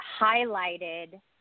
highlighted